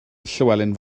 llywelyn